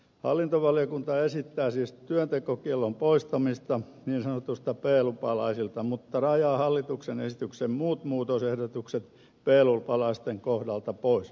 hallintovaliokunta esittää siis työntekokiellon poistamista niin sanotuilta b lupalaisilta mutta rajaa hallituksen esityksen muut muutosehdotukset b lupalaisten kohdalta pois